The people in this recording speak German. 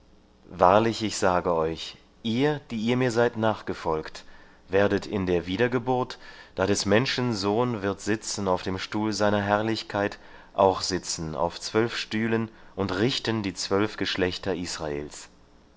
wahrlich ich sage euch ihr die ihr mir seid nachgefolgt werdet in der wiedergeburt da des menschen sohn wird sitzen auf dem stuhl seiner herrlichkeit auch sitzen auf zwölf stühlen und richten die zwölf geschlechter israels